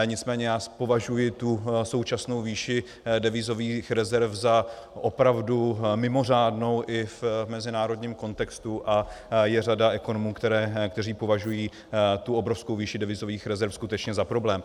Nicméně považuji tu současnou výši devizových rezerv za opravdu mimořádnou i v mezinárodním kontextu a je řada ekonomů, kteří považují tu obrovskou výši devizových rezerv skutečně za problém.